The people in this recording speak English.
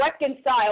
reconcile